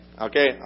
Okay